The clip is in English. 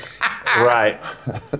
Right